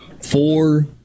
Four